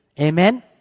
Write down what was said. Amen